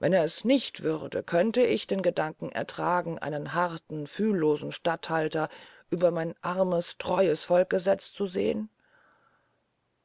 wenn er es nicht würde könnt ich den gedanken ertragen einen harten fühllosen statthalter über mein armes treues volk gesetzt zu sehn